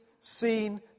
seen